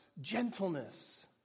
Gentleness